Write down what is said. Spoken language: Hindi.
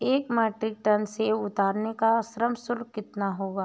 एक मीट्रिक टन सेव उतारने का श्रम शुल्क कितना होगा?